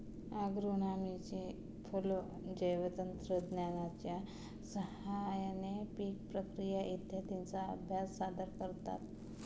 ॲग्रोनॉमीचे फेलो जैवतंत्रज्ञानाच्या साहाय्याने पीक प्रक्रिया इत्यादींचा अभ्यास सादर करतात